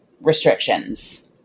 restrictions